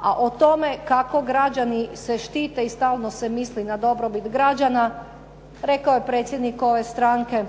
A o tome kako građani se štite i stalno se misli na dobrobit građana rekao je predsjednik ove stranke